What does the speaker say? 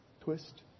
twist